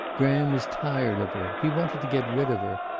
graham was tired of her. he wanted to get rid of her.